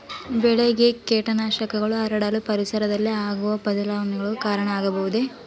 ಬೆಳೆಗೆ ಕೇಟನಾಶಕಗಳು ಹರಡಲು ಪರಿಸರದಲ್ಲಿ ಆಗುವ ಬದಲಾವಣೆಗಳು ಕಾರಣ ಆಗಬಹುದೇ?